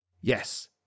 Yes